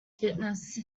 fitness